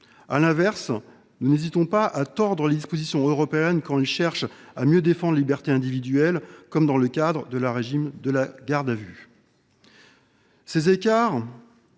À l’inverse, nous n’hésitons pas à tordre les dispositions européennes quand elles cherchent à mieux défendre les libertés individuelles, comme dans le cadre du régime de garde à vue. Ces écarts